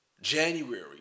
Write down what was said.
January